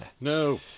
No